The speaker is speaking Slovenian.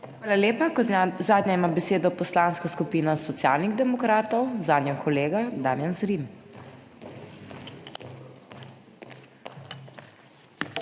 Hvala lepa. Kot zadnja ima besedo Poslanska skupina Socialnih demokratov, zanjo kolega Damijan Zrim.